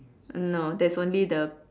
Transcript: no there's only the